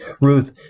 Ruth